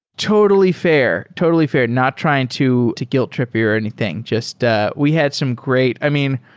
tota lly fair. tota lly fair. not trying to to guilt trip you or anything. just ah we had some great i mean,